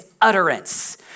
utterance